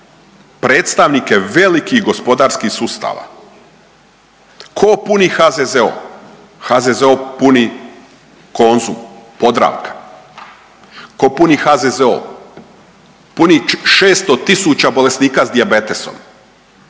predstavnike velikih gospodarskih sustava. Tko puni HZZO? HZZO puni Konzum, Podravka. Tko puni HZZO? Puni 600.000 bolesnika s dijabetesom,